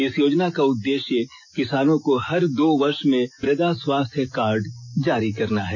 इस योजना का उद्देश्य किसानों को हर दो वर्ष में मृदा स्वास्थ्य कार्ड जारी करना है